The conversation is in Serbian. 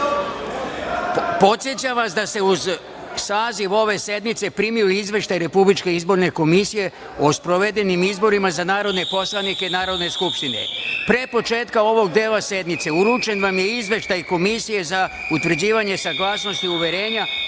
Podsećam vas da ste uz saziv ove sednice primili Izveštaj Republičke izborne komisije o sprovedenim izborima za narodne poslanike Narodne skupštine. Pre početka ovog dela sednice, uručen vam je Izveštaj Komisije za utvrđivanje saglasnosti uverenja